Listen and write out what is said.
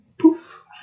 Poof